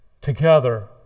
Together